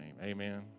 amen